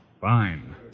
Fine